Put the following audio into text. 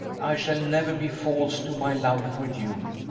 i shall never be false to my love for you.